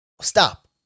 Stop